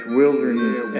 wilderness